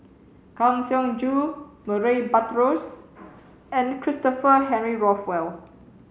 Kang Siong Joo Murray Buttrose and Christopher Henry Rothwell